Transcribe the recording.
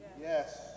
Yes